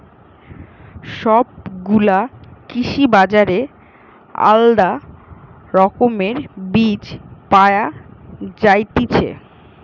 সব গুলা কৃষি বাজারে আলদা রকমের বীজ পায়া যায়তিছে